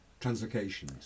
translocations